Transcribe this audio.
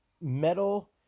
metal